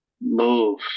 move